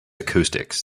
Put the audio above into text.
acoustics